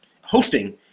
hosting